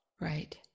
Right